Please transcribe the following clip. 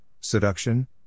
seduction